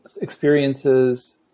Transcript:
experiences